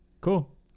Cool